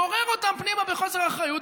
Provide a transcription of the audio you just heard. גורר אותם פנימה בחוסר אחריות,